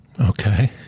Okay